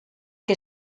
que